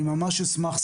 אני ממש אשמח,